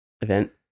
event